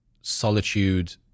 solitude